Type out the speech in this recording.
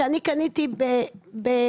שאני קניתי חלקית,